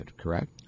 correct